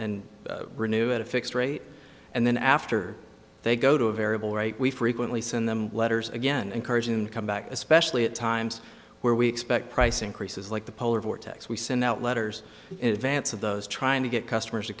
d renew at a fixed rate and then after they go to a variable rate we frequently send them letters again encouraging and come back especially at times where we expect price increases like the polar vortex we send out letters in advance of those trying to get customers to